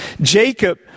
Jacob